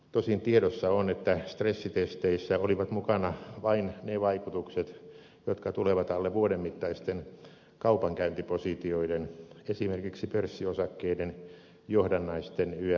tosin tiedossa on että stressitesteissä olivat mukana vain ne vaikutukset jotka tulevat alle vuoden mittaisten kaupankäyntipositioiden esimerkiksi pörssiosakkeiden johdannaisten ynnä muuta sellaista